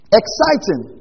exciting